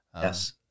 yes